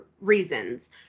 reasons